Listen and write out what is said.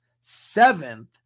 seventh